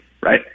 right